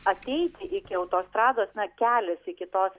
ateiti iki autostrados na kelias iki tos